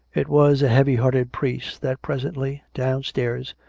it was a heavy-hearted priest that presently, downstairs,